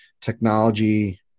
technology